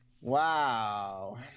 Wow